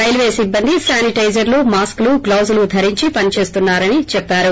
railway సిబ్బంది శానిటైజర్ప్ mask లు గ్లోజులు ధరించి పనిచేస్తున్నారని చెప్పారు